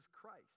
Christ